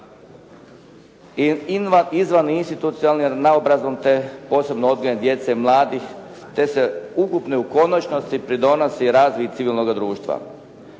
izvaninstitucionalnom naobrazbom te posebno odgojem djece, mladih te se ukupno i u konačnosti pridonosi razvoju civilnoga društva.